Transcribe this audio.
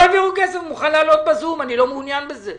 עכשיו